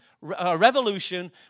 revolution